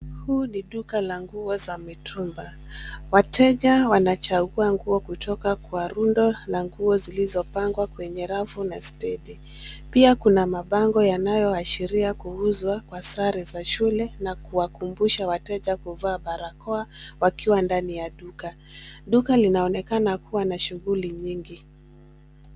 Huu ni duka la nguo za mitumba, wateja wanachagua nguo kutoka kwa rundo la nguo zilizopangwa kwenye rafu na stede. Pia kuna mabango yanayoashiria kuuza kwa sare za shule na kuwakumbusha wateja kuvaa barakoa wakiwa ndani ya duka. Duka linaonekana kuwa na shughuli nyingi.